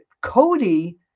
Cody